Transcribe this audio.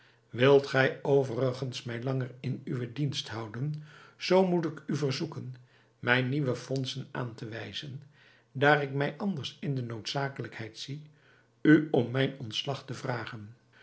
wilt gij overigens mij langer in uwen dienst houden zoo moet ik u verzoeken mij nieuwe fondsen aan te wijzen daar ik mij anders in de noodzakelijkheid zie u om mijn ontslag te vragen